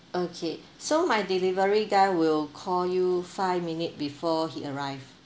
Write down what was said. okay so my delivery guy will call you five minute before he arrive